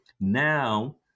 now